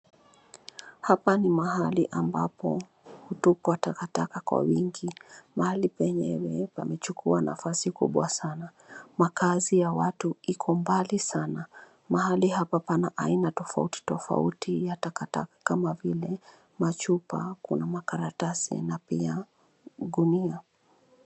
Hapa ni mahali ambapo hutupwa takataka kwa wingi, mahali penyewe pamechukua nafasi kubwa sana, makaazi ya watu iko mbali sana, mahali hapa pana aina tofautitofauti ya takataka kama vile machupa, kuna makaratasi n pia gunia.